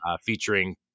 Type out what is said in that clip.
featuring